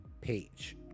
page